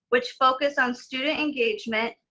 which focused on student engagement,